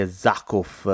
zakov